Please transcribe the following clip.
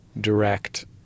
direct